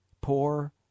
poor